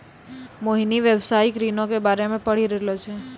मोहिनी व्यवसायिक ऋणो के बारे मे पढ़ि रहलो छै